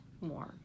more